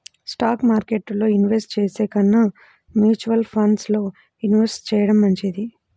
stock మార్కెట్టులో invest చేసే కన్నా మ్యూచువల్ ఫండ్స్ లో ఇన్వెస్ట్ చెయ్యడం మంచిది